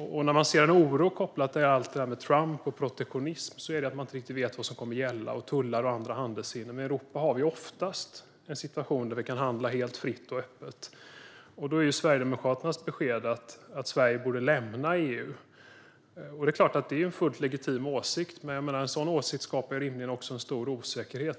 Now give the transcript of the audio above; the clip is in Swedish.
oro som är kopplad till allt detta med Trump och protektionism är över att man inte riktigt vet vad som kommer att gälla med tullar och andra handelshinder. Men i Europa har vi oftast en situation där vi kan handla helt fritt och öppet. Sverigedemokraternas besked är att Sverige borde lämna EU. Det är klart att det är en fullt legitim åsikt, men en sådan åsikt skapar rimligen också stor osäkerhet.